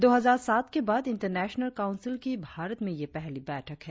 दो हजार सात के बाद इंटरनेशनल काउंसिल की भारत में यह पहली बैठक है